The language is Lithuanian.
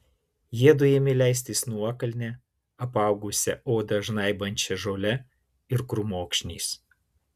jiedu ėmė leistis nuokalne apaugusia odą žnaibančia žole ir krūmokšniais